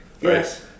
Yes